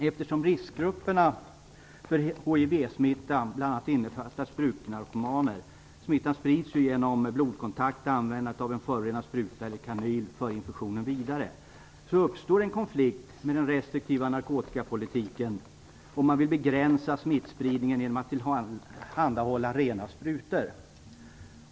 Eftersom riskgrupperna för hivsmitta bl.a. innefattar sprutnarkomaner - smittan sprids genom blodkontakt där användandet av en förorenad spruta eller kanyl för infektionen vidare - så uppstår en konflikt med den restriktiva narkotikapolitiken om man vill begränsa smittspridningen genom att tillhandahålla rena sprutor.